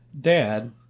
Dad